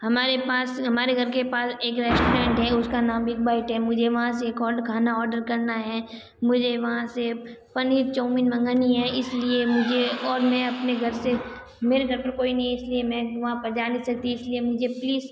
हमारे पास हमारे घर के पास एक रेस्टोरेंट है उसका नाम बिग बाईट है मुझे वहाँ से एक ऑर्ड खाना ऑर्डर करना है मुझे वहाँ से पनीर चाऊमिन मांगानी है इसलिए मुझे और मैं अपने घर से मेरे घर पे कोई नहीं है इसलिए मैं वहाँ पर जा नहीं सकती इसलिए मुझे प्लीज़